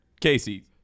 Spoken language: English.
Casey